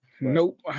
Nope